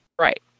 Right